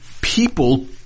people